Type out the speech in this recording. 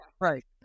right